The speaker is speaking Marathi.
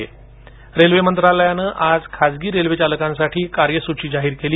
खासगी रेल्वे चालक रेल्वे मंत्रालयाने आज खासगी रेल्वे चालकांसाठी कार्यसूची जाहीर केली